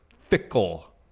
fickle